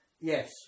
Yes